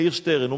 יאיר שטרן.